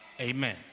amen